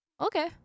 okay